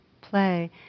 play